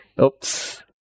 Oops